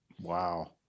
Wow